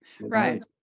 Right